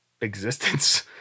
existence